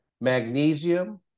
magnesium